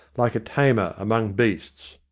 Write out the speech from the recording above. like a tamer among beasts.